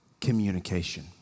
communication